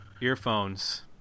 earphones